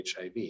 HIV